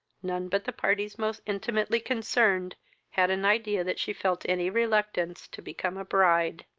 none but the parties most intimately concerned had an idea that she felt any reluctance to become a bride.